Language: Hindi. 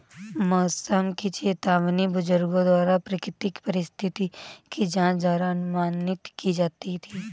मौसम की चेतावनी बुजुर्गों द्वारा प्राकृतिक परिस्थिति की जांच द्वारा अनुमानित की जाती थी